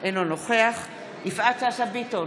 אינו נוכח יפעת שאשא ביטון,